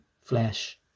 flesh